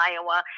Iowa